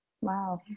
Wow